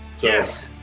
Yes